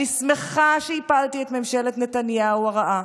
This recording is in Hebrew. אני שמחה שהפלתי את ממשלת נתניהו הרעה,